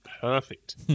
perfect